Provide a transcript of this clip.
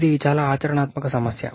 ఇది చాలా ఆచరణాత్మక సమస్య